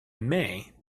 may